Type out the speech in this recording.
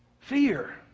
Fear